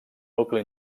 nucli